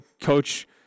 Coach